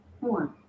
Four